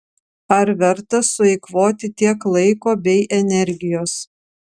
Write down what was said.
ar verta sueikvoti tiek laiko bei energijos